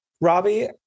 robbie